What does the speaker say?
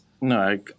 no